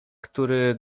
który